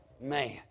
man